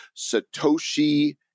Satoshi